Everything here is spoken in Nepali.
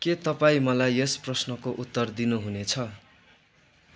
के तपाईँ मलाई यस प्रश्नको उत्तर दिनु हुनेछ